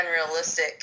unrealistic